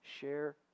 share